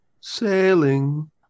sailing